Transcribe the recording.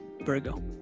Virgo